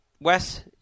Wes